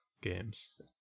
games